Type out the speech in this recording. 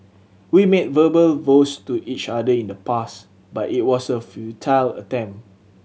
we made verbal vows to each other in the past but it was a futile attempt